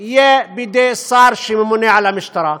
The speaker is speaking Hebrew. יהיה בידי שר שממונה על המשטרה.